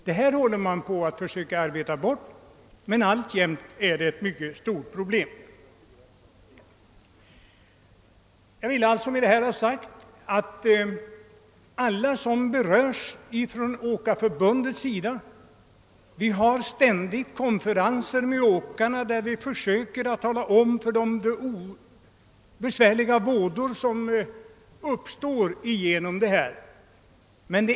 Detta missförhållande försöker man arbeta bort, men problemet är alltjämt mycket stort. Åkeriförbundet har ständigt konferenser med åkarna, varvid vi försöker klargöra vilka vådor som överlaster kan föra med sig.